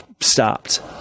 stopped